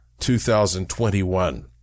2021